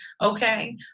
okay